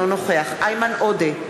אינו נוכח איימן עודה,